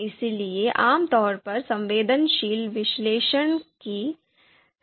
इसीलिए आमतौर पर संवेदनशीलता विश्लेषण की सिफारिश की जाती है